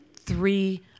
three